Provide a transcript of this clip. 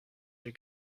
your